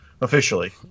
Officially